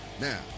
Now